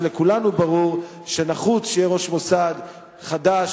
כשלכולנו ברור שנחוץ שיהיה ראש מוסד חדש,